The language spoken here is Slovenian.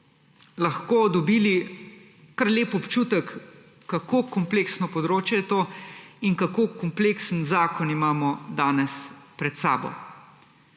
lahko dobili kar lep občutek, kako kompleksno področje je to in kako kompleksen zakon imamo danes pred sabo.